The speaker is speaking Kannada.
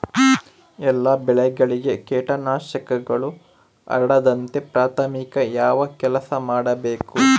ಎಲ್ಲ ಬೆಳೆಗಳಿಗೆ ಕೇಟನಾಶಕಗಳು ಹರಡದಂತೆ ಪ್ರಾಥಮಿಕ ಯಾವ ಕೆಲಸ ಮಾಡಬೇಕು?